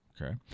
Okay